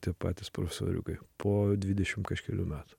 tie patys profesoriukai po dvidešim kažkelių metų